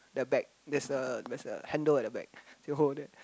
the back there's a there's a handle at the back you hold there